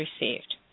received